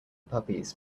puppies